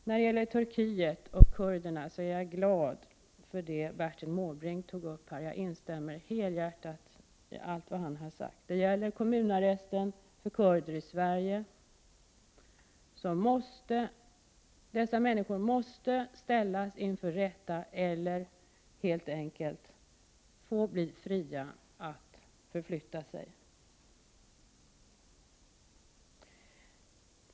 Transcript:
När det gäller Turkiet och kurderna är jag glad för det Bertil Måbrink sade, och jag instämmer helhjärtat i det. Det gäller t.ex. kommunarrest för kurder i Sverige. Dessa människor måste ställas inför rätta eller helt enkelt bli fria att förflytta sig.